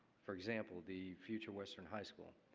for example, the future western high school.